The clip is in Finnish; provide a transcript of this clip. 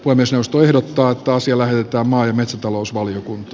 pane seostulehduttaa tosi lahjoittamaan metsätalousvaliokunta